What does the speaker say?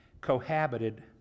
cohabited